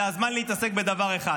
זה הזמן להתעסק בדבר אחד: